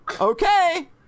Okay